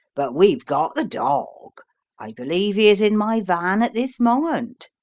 but weve got the dog i believe he is in my van at this moment.